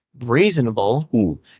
reasonable